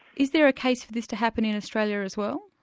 is there a case for this to happen in australia as well?